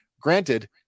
granted